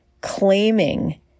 claiming